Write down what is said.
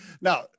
now